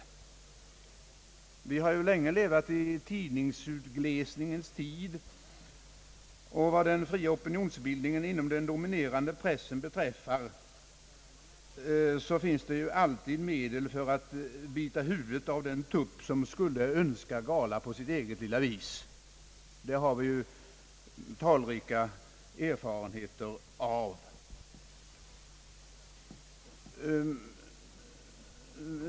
Vi har länge levat i tidningsutglesningens tid, och vad den fria opinionsbildningen inom den dominerande pressen beträffar finns det alltid medel till att bita huvudet av den tupp, som skulle önska gala på sitt eget lilla vis. Det har vi talrika erfarenheter av.